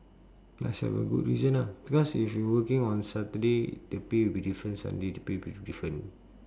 must have a good reason ah because if you working on saturday the pay will be different sunday the pay will be different